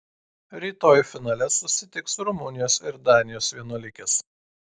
rytoj finale susitiks rumunijos ir danijos vienuolikės